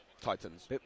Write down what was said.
titans